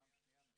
ברוכים הבאים,